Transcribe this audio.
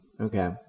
Okay